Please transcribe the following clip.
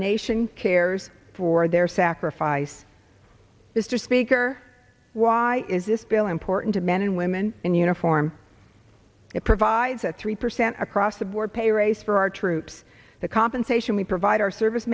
nation cares for their sacrifice mr speaker why is this bill important to men and women in uniform it provides a three percent across the board pay raise for our troops the compensation we provide our service